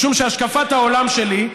משום שהשקפת העולם שלי,